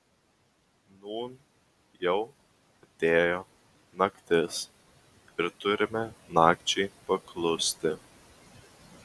nūn jau atėjo naktis ir turime nakčiai paklusti